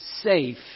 safe